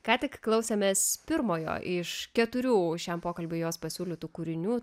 ką tik klausėmės pirmojo iš keturių šiam pokalbiui jos pasiūlytų kūrinių